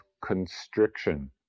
constriction